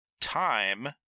Time